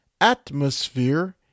atmosphere